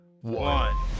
one